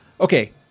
Okay